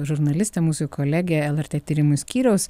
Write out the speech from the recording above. žurnalistė mūsų kolegė lrt tyrimų skyriaus